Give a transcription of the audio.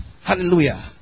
Hallelujah